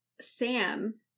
Sam